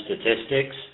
statistics